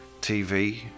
tv